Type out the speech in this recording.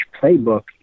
playbook